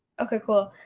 okay cool!